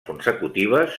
consecutives